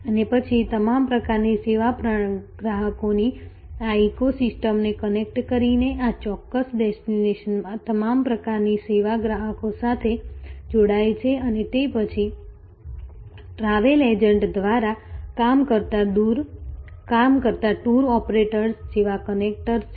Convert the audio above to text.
અને પછી તમામ પ્રકારની સેવા ગ્રાહકોની આ ઇકો સિસ્ટમને કનેક્ટ કરીને આ ચોક્કસ ડેસ્ટિનેશનમાં તમામ પ્રકારની સેવા ગ્રાહકો સાથે જોડાય છે અને તે પછી ટ્રાવેલ એજન્ટ્સ દ્વારા કામ કરતા ટૂર ઓપરેટર્સ જેવા કનેક્ટર્સ છે